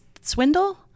Swindle